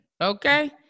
okay